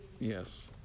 Yes